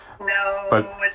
No